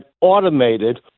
automated